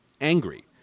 angry